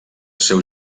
seu